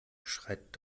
schreit